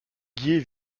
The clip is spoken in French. guiers